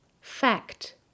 fact